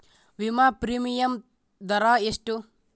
ವಿಮಾ ಪ್ರೀಮಿಯಮ್ ದರಾ ಎಷ್ಟು?